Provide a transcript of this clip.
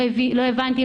לא הבנתי,